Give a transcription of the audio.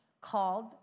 called